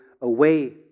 away